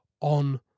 on